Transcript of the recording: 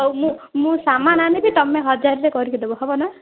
ହଉ ମୁଁ ମୁଁ ସାମାନ ଆଣିବି ତମେ ହଜାରରେ କରିକି ଦେବ ହେବ ନା